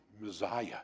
Messiah